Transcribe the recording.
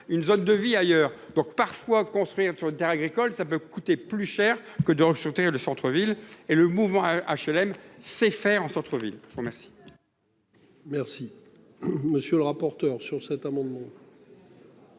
une zone de vie ailleurs donc parfois construire sur des Terres agricoles, ça peut coûter plus cher que dans le le centre-ville et le mouvement HLM, c'est faire en centre-ville. Je vous remercie.